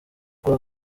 guha